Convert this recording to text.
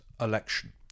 election